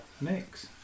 Next